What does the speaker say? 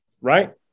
Right